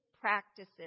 practices